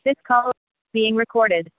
this call being recorded